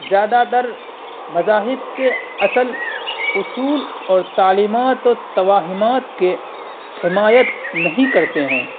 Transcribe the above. زیادہ تر مذاہب کے اصل اصول اور تعلیمات و توہمات کے حمایت نہیں کرتے ہیں